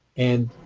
and